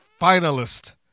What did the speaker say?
finalist